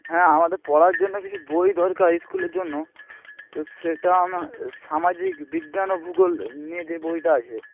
হ্যাঁ আমাদের পড়ার জন্য কিছু বই দরকার স্কুলের জন্য তো সেটা আমা সামাজিক বিজ্ঞান ও ভূগোল নিয়ে যে বইটা আছে